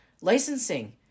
Licensing